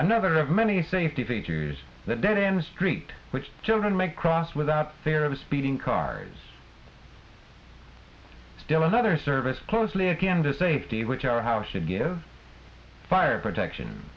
another of many things the features the dead end street which children may cross without fear of speeding cars still another service closely akin to safety which our house should give fire protection